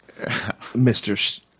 Mr